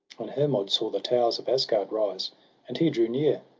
and hermod saw the towers of asgard rise and he drew near,